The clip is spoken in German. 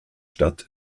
stadt